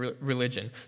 religion